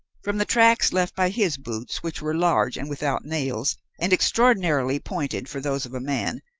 from the tracks left by his boots, which were large and without nails and extraordinarily pointed for those of a man,